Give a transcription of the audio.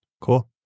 cool